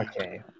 Okay